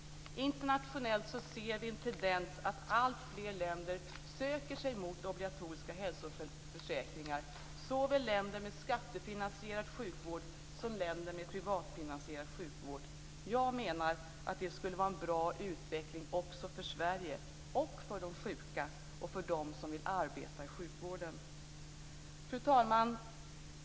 Internationellt ser vi en tendens att alltfler länder söker sig mot obligatoriska hälsoförsäkringar, såväl länder med skattefinansierad sjukvård som länder med privatfinansierad sjukvård. Jag menar att det skulle vara en bra utveckling också för Sverige och för de sjuka och för dem som vill arbeta i sjukvården. Fru talman!